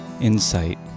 insight